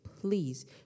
please